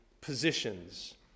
positions